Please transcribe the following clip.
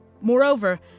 Moreover